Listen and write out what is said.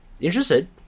interested